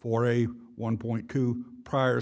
for a one point two prior